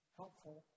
helpful